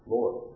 Lord